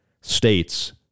states